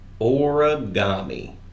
Origami